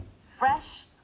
Fresh